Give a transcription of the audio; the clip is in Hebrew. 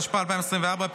התשפ"ה 2024,